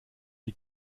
die